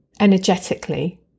energetically